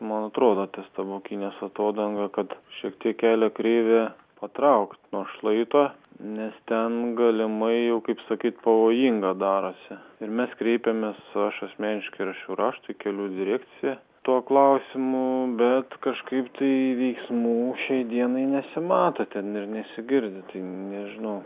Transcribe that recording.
man atrodo ties tabokynės atodanga kad šiek tiek kelio kreivę patraukt nuo šlaito nes ten galimai jau kaip sakyt pavojinga darosi ir mes kreipėmės aš asmeiškai rašiau raštą į kelių direkciją tuo klausimu bet kažkaip tai veiksmų šiai dienai nesimato ten ir nesigirdi nežinau